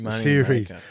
series